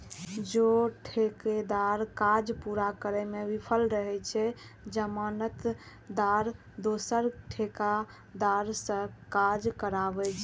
जौं ठेकेदार काज पूरा करै मे विफल रहै छै, ते जमानतदार दोसर ठेकेदार सं काज कराबै छै